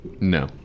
No